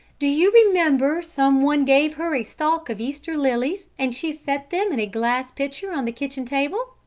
do you remember some one gave her a stalk of easter lilies and she set them in a glass pitcher on the kitchen table?